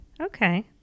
Okay